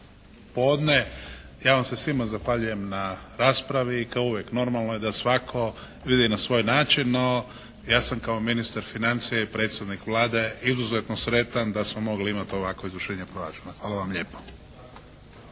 podne. Ja vam se svima zahvaljujem na raspravi. Kao uvijek normalno je da svatko vidi na svoj način, no ja sam kao ministar financija i predstavnik Vlade izuzetno sretan da smo mogli imati ovakvo …/Govornik se ne razumije./…